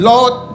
Lord